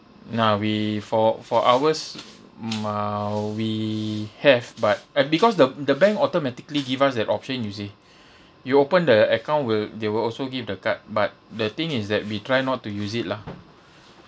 no we for for ours mm uh we have but uh because the the bank automatically give us that option you see you open the account will they will also give the card but the thing is that we try not to use it lah